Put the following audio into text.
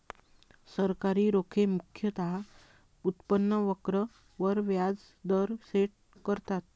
सरकारी रोखे मुख्यतः उत्पन्न वक्र वर व्याज दर सेट करतात